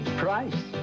price